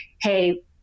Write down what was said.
hey